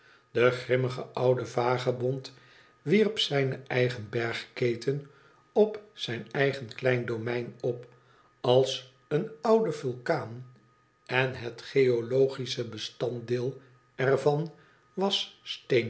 de grimmige oude vagebond wierp zijne eigen bergketen op zijn eigen klein domein op ab een oude vulkaan en het geologische bestanddeel er van was